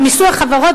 במיסוי החברות,